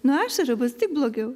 nuo ašarų bus tik blogiau